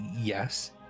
yes